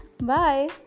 Bye